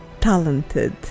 talented